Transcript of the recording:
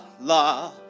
la